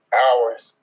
hours